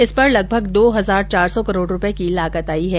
इस पर लगभग दो हजार चार सौ करोड़ रुपये की लागत आई है